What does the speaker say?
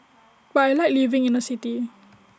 but I Like living in A city